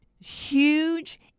huge